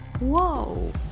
Whoa